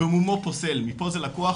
במומו פוסל מפה זה לקוח,